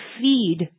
feed